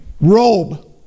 robe